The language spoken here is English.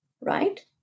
right